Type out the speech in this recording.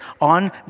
on